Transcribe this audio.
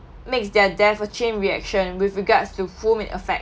makes their death a chain reaction with regards to whom it affect